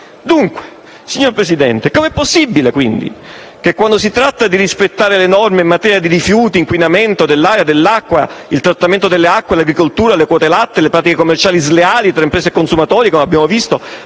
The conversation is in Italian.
Dunque, signor Presidente, com'è possibile quindi che, quando si tratta di rispettare le norme in materia di rifiuti, di inquinamento dell'aria e dell'acqua, di trattamento delle acque, di agricoltura, di quote latte, di pratiche commerciali sleali tra imprese e consumatori (come abbiamo visto),